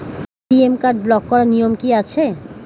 ATM card block করার নিয়ম কি আছে?